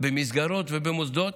במסגרות ובמוסדות,